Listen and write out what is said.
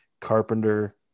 Carpenter